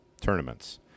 tournaments